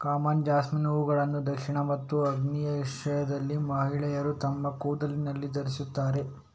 common jasmine ಹೂವುಗಳನ್ನು ದಕ್ಷಿಣ ಮತ್ತು ಆಗ್ನೇಯ ಏಷ್ಯಾದಲ್ಲಿ ಮಹಿಳೆಯರು ತಮ್ಮ ಕೂದಲಿನಲ್ಲಿ ಧರಿಸುತ್ತಾರೆ